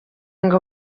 ngo